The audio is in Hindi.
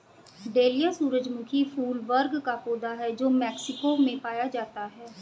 डेलिया सूरजमुखी फूल वर्ग का पौधा है जो मेक्सिको में पाया जाता है